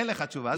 אין לך תשובה.